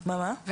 אנחנו